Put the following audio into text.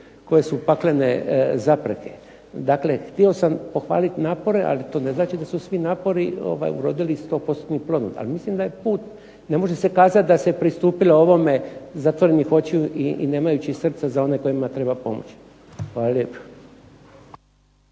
koje su paklene zapreke. Dakle, htio sam pohvaliti napore, ali to ne znači da su svi napori urodili sto postotnim plodom. Ali mislim da je put, ne može se kazati da se pristupilo ovome zatvorenih očiju i nemajući srca za one kojima treba pomoći. Hvala lijepo.